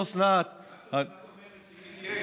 אסור לתת לך ללכת.